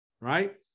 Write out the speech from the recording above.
right